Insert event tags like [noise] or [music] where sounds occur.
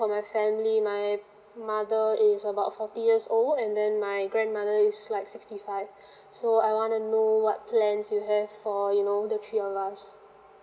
for my family my mother is about forty years old and then my grandmother is like sixty five [breath] so I want know what plans you have for you know the three of us